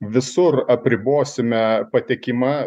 visur apribosime patekimą